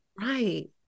right